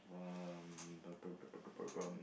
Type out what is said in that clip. um